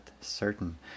certain